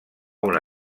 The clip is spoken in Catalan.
una